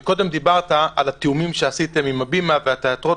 מקודם דיברת על התיאומים שעשיתם עם הבימה והתיאטראות,